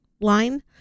line